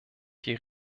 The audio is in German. die